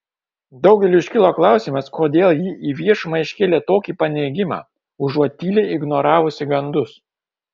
daugeliui iškilo klausimas kodėl ji į viešumą iškėlė tokį paneigimą užuot tyliai ignoravusi gandus